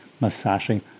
massaging